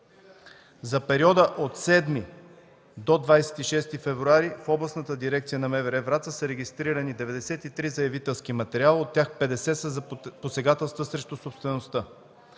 За периода от 7 до 26 февруари в Областната дирекция на МВР – Враца, са регистрирани 93 заявителски материала, от тях 50 са за посегателства срещу собствеността.